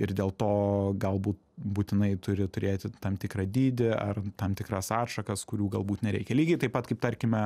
ir dėl to galbūt būtinai turi turėti tam tikrą dydį ar tam tikras atšakas kurių galbūt nereikia lygiai taip pat kaip tarkime